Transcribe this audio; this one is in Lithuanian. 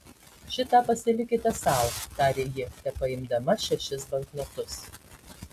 šitą pasilikite sau tarė ji tepaimdama šešis banknotus